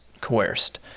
coerced